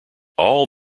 all